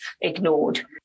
ignored